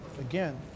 again